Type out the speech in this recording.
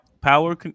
Power